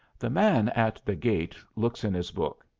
the man at the gate looks in his book.